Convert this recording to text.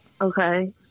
Okay